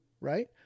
Right